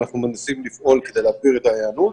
אנחנו מנסים לפעול כדי להגביר את ההיענות.